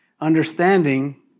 understanding